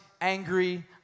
angry